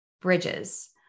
bridges